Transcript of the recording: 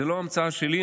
זו לא המצאה שלי.